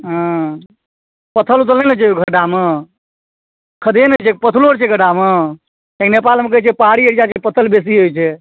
हँ पथल उथल नहि ने छै ओहि गड्ढामे खद्धे ने छै गड्ढामे पथलो छै गड्ढामे लेकिन नेपालमे कहै छै पहाड़ी एरिया छै पथल बेसी होइ छै